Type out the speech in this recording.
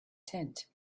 tent